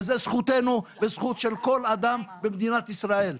וזה זכותנו וזכות של כל אדם במדינת ישראל.